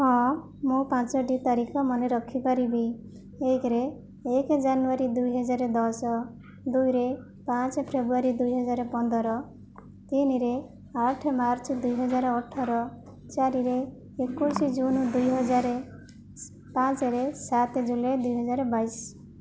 ହଁ ମୁଁ ପାଞ୍ଚୋଟି ତାରିଖ ମନେରଖିପାରିବି ଏକରେ ଏକ ଜାନୁୟାରୀ ଦୁଇହଜାରଦଶ ଦୁଇରେ ପାଞ୍ଚ ଫେବୃୟାରୀ ଦୁଇହଜାରପନ୍ଦର ତିନରେ ଆଠ ମାର୍ଚ୍ଚ ଦୁଇହଜାରଅଠର ଚାରିରେ ଏକୋଇଶ ଜୁନ ଦୁଇହଜାର ପାଞ୍ଚରେ ସାତ ଜୁଲାଇ ଦୁଇହଜାରବାଇଶ